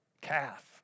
calf